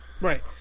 Right